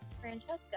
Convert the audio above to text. Francesca